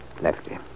Lefty